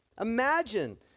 Imagine